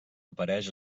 apareix